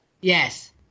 Yes